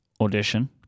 Audition